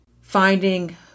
finding